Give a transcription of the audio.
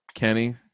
Kenny